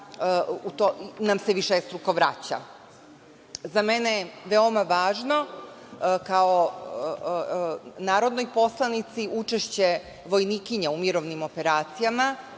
nam se višestruko vraća.Za mene veoma važno kao narodnoj poslanici učešće vojnikinja u mirovnim operacijama.